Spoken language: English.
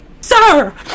Sir